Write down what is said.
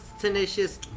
tenacious